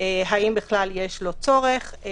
האם בכלל יש לו צורך,